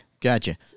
Gotcha